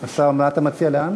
השר, מה אתה מציע?